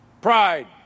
pride